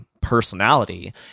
personality